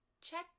check